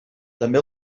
també